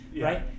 right